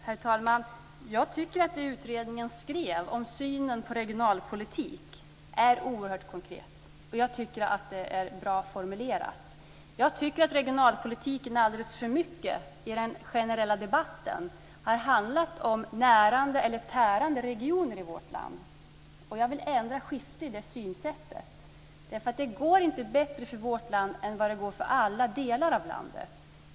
Herr talman! Jag tycker att det som utredningen skrev om synen på regionalpolitik är oerhört konkret. Jag tycker att det är bra formulerat. Jag tycker att regionalpolitiken i den generella debatten alldeles för mycket har handlat om närande eller tärande regioner i vårt land, och jag vill ändra riktning i det synsättet. Det går nämligen inte bättre för vårt land än det går för alla delar av landet.